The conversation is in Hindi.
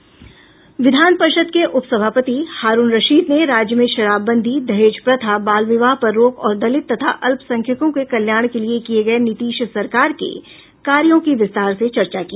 विधान परिषद् के उप सभापति हारून रसीद ने राज्य में शराबंदी दहेज प्रथा बाल विवाह पर रोक और दलित तथा अल्पसंख्यकों के कल्याण के लिए किये गये नीतीश सरकार के कार्यों की विस्तार से चर्चा की